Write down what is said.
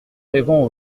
rêvant